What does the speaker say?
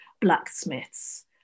blacksmiths